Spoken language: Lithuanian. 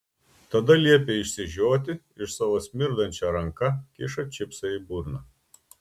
tada liepia išsižioti ir savo smirdančia ranka kiša čipsą į burną